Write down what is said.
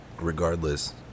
regardless